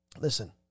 listen